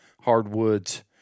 hardwoods